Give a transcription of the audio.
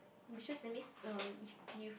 ambitious that means uh if you